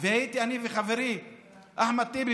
היינו אני וחברי אחמד טיבי,